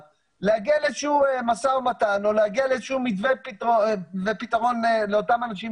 להגיע לאיזשהו משא ומתן או להגיע לאיזשהו פתרון לאותם אנשים